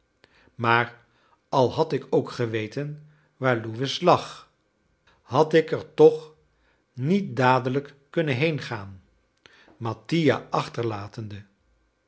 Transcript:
maar al had ik ook geweten waar lewes lag had ik er toch niet dadelijk kunnen heengaan mattia achterlatende